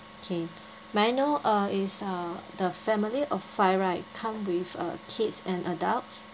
okay may I know uh is uh the family of five right come with uh kids and adult